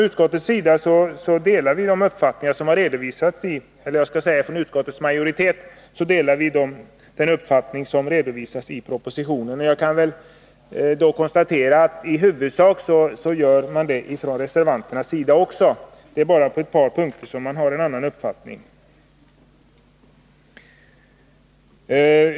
Utskottsmajoriteten delar den uppfattning som har redovisats i propositionen, och jag kan konstatera att även reservanterna i huvudsak gör detta. Bara på ett par punkter har man en annan uppfattning.